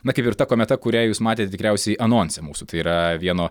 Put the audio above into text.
na kaip ir ta kometa kurią jūs matėt tikriausiai anonse mūsų tai yra vieno